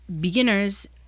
beginners